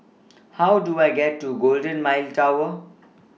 How Do I get to Golden Mile Tower